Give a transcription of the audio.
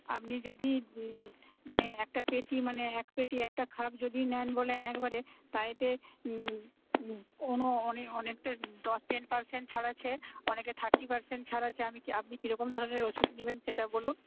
আপনি যদি মানে একটা পেটি মানে এক পেটি একটা খাপ যদি নেন বলেন একবারে তাহলে এতে অনেকটা দশ টেন পারসেন্ট ছাড় আছে অনেকে থার্টি পারসেন্ট ছাড় আছে আপনি কি রকম ধরণের ওষুধ নিবেন সেটা বলুন